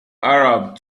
arab